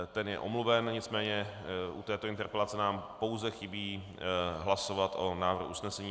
Ten je omluven, nicméně u této interpelace nám pouze chybí hlasovat o návrhu usnesení.